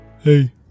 Hey